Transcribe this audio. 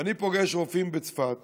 ואני פוגש רופאים בצפת